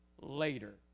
later